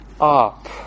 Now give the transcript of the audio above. up